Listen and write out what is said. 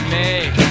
make